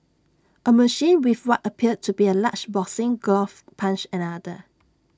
A machine with what appeared to be A large boxing glove punched another